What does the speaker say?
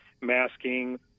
masking